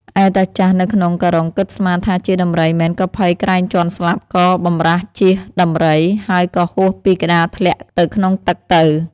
ឯតាចាស់នៅក្នុងការុងគិតស្មានថាជាដំរីមែនក៏ភ័យក្រែងជាន់ស្លាប់ក៏បម្រាសជៀសដំរី ហើយក៏ហួសពីក្តារធ្លាក់ទៅក្នុងទឹកទៅ។